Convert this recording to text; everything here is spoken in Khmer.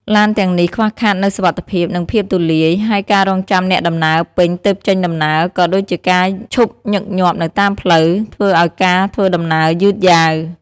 ឡានទាំងនេះខ្វះខាតនូវសុវត្ថិភាពនិងភាពទូលាយ ហើយការរង់ចាំអ្នកដំណើរពេញទើបចេញដំណើរ ក៏ដូចជាការឈប់ញឹកញាប់នៅតាមផ្លូវ ធ្វើឱ្យការធ្វើដំណើរយឺតយ៉ាវ។